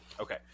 Okay